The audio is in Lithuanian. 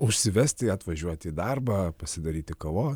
užsivesti atvažiuoti į darbą pasidaryti kavos